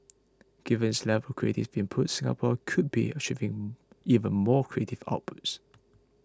given its level creative input Singapore could be achieving even more creative outputs